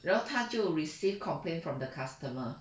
然后他就 received complaint from the customer